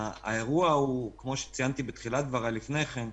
כמו שציינתי בתחילת דבריי לפני כן,